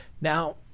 Now